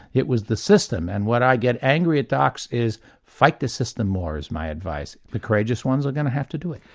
it was the system and when i get angry at docs, is fight the system more is my advice. the courageous ones are going to have to do it.